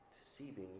Deceiving